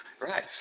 Right